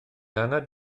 anad